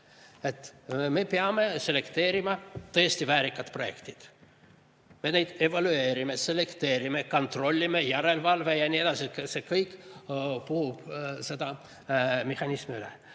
Me peame välja selekteerima tõesti väärikad projektid. Me neid evalveerime, selekteerime, kontrollime – järelevalve ja nii edasi. See kõik puhub seda mehhanismi